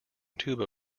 tuba